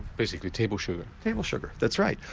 basically table sugar. table sugar that's right.